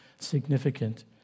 significant